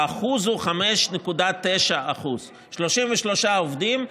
האחוז הוא 5.9% 33 עובדים,